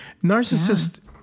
Narcissist